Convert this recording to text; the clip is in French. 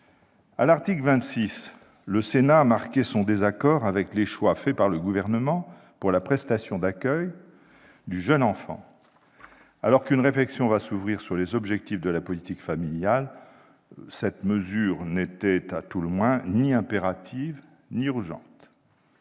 À l'article 26, le Sénat a marqué son désaccord avec les choix du Gouvernement sur la prestation d'accueil du jeune enfant. Alors qu'une réflexion va s'ouvrir sur les objectifs de la politique familiale, cette mesure n'était, à tout le moins, ni impérative ni urgente.